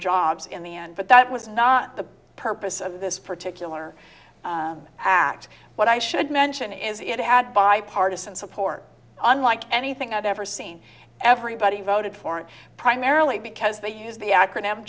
jobs in the end but that was not the purpose of this particular act but i should mention is it had bipartisan support unlike anything i've ever seen everybody voted for in primarily because they use the acronym